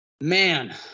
man